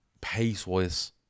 pace-wise